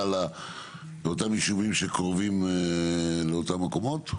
של אותם יישובים שקרובים לאותם מקומות?